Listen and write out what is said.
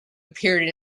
appeared